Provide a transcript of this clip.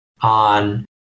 on